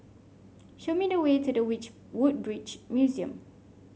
show me the way to the Woodbridge Museum